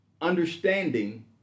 understanding